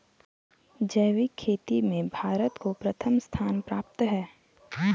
जैविक खेती में भारत को प्रथम स्थान प्राप्त है